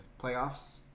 playoffs